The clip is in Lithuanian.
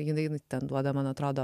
jinai nu ten duoda man atrodo